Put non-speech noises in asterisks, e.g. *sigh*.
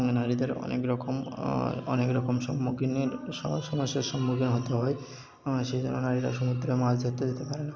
নারীদের অনেক রকম অনেক রকম সম্মুখীনের সমস্যা *unintelligible* সম্মুখীন হতে হয় সেই জন্য নারীরা সমুদ্রে মাছ ধরতে যেতে পারে না